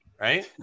Right